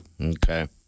Okay